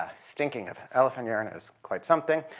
ah stinking of elephant urine is quite something.